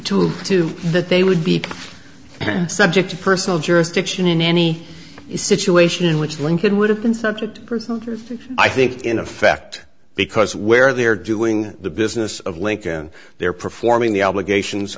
tool to that they would be subject to personal jurisdiction in any situation in which lincoln would have consented i think in effect because where they're doing the business of lincoln they are performing the obligations